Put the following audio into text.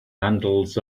handles